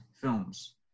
films